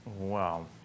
wow